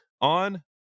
on